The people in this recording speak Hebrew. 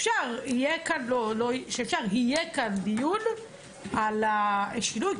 אפשר ויהיה כאן דיון על השינוי,